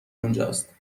اونجاست